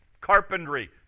carpentry